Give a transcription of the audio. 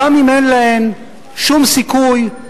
גם אם אין להם שום סיכוי,